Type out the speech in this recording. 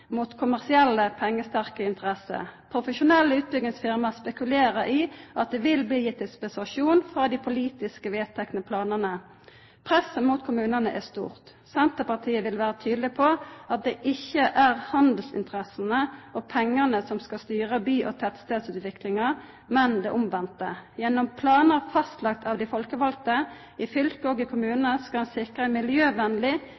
mot kommersielle, pengesterke interesser. Profesjonelle utbyggingsfirma spekulerer i at det vil bli gitt dispensasjon frå dei politisk vedtekne planane, og presset mot kommunane er stort. Senterpartiet vil vera tydeleg på at det ikkje er handelsinteressene og pengane som skal styre by- og tettstadsutviklinga, men det omvendte. Gjennom planar fastlagde av dei folkevalde i fylke og